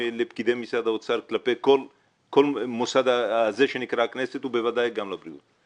לפקידי משרד האוצר כלפי כל המוסד שנקרא הכנסת ובוודאי גם לבריאות.